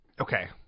Okay